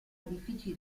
edifici